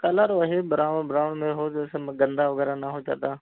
colour वही brown brown मे हो जिस से गंदा वगैरह ना हो ज़्यादा